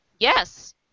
Yes